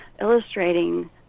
illustrating